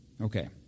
Okay